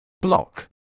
Block